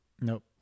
Nope